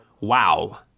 Wow